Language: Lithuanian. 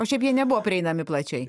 o šiaip jie nebuvo prieinami plačiai